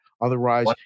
Otherwise